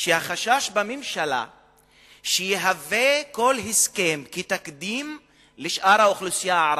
החשש בממשלה הוא שכל הסכם יהווה תקדים לשאר האוכלוסייה הערבית.